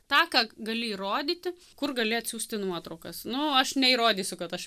tą ką gali įrodyti kur gali atsiųsti nuotraukas nu aš neįrodysiu kad aš